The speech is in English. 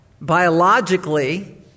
biologically